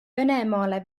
venemaale